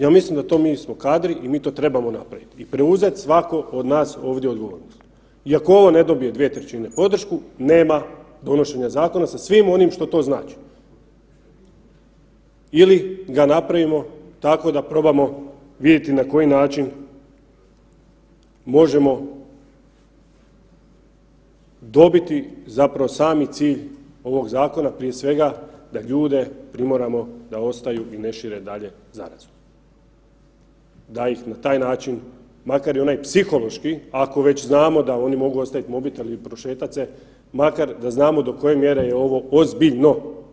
Ja mislim da to mi smo kadri i mi to trebamo napravit i preuzet svako od nas ovdje odgovornost i ako ovo ne dobije 2/3 podršku, nema donošenja zakona sa svim onim što to znači ili ga napravimo tako da probamo vidjeti na koji način možemo dobiti zapravo sami cilj ovog zakona prije svega da ljude primoramo da ostaju i ne šire dalje zarazu, da ih na taj način, makar i onaj psihološki ako već znamo da oni mogu ostavit mobitel i prošetat, makar da znamo do koje mjere je ovo ozbiljno.